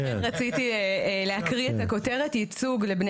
לכן רציתי להקריא את הכותרת "ייצוג לבני